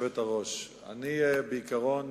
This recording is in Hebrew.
בעיקרון